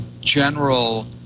general